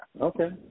Okay